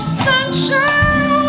sunshine